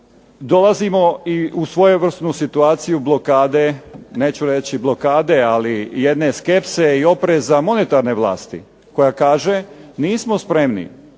dolazimo i u svojevrsnu situaciju blokade, neću reći blokade ali jedne skepse i opreza monetarne vlasti koja kaže nismo spremni